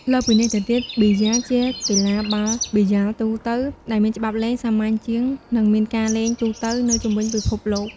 លើសពីនេះទៅទៀតប៊ីយ៉ា ជាកីឡាបាល់ប៊ីយ៉ាលទូទៅដែលមានច្បាប់លេងសាមញ្ញជាង និងមានការលេងទូទៅនៅជុំវិញពិភពលោក។